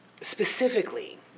specifically